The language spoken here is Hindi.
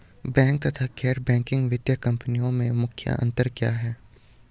बैंक तथा गैर बैंकिंग वित्तीय कंपनियों में मुख्य अंतर क्या है?